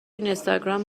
اینستاگرام